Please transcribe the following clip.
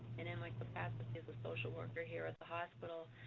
and then like the fact that there's a social worker here at the hospital